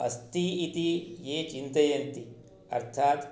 अस्ति इति ये चिन्तयति अर्थात्